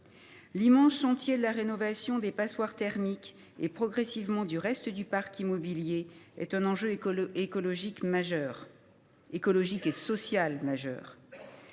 L’immense chantier de la rénovation des passoires thermiques et, progressivement, du reste du parc immobilier est pourtant un enjeu écologique et social majeur.